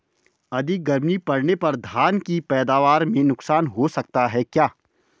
अधिक गर्मी पड़ने पर धान की पैदावार में नुकसान हो सकता है क्या?